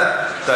לא